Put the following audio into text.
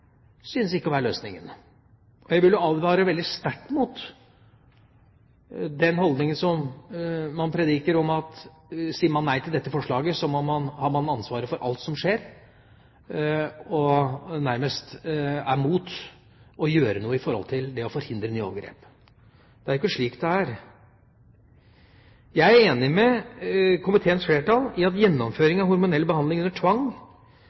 synes ikke å være løsningen. Jeg vil advare veldig sterkt mot den holdningen man prediker, at sier man nei til dette forslaget, har man ansvaret for alt som skjer, og nærmest er mot å gjøre noe i forhold til å forhindre nye overgrep. Det er jo ikke slik det er. Jeg er enig med komiteens flertall i at gjennomføring av hormonell behandling under tvang